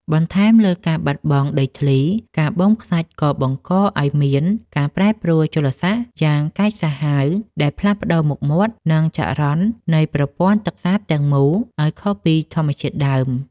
បន្ថែមលើការបាត់បង់ដីធ្លី ការបូមខ្សាច់ក៏បង្កឱ្យមាន ការប្រែប្រួលជលសាស្ត្រ យ៉ាងកាចសាហាវដែលផ្លាស់ប្តូរមុខមាត់ និងចរន្តនៃប្រព័ន្ធទឹកសាបទាំងមូលឱ្យខុសពីធម្មជាតិដើម។